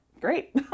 great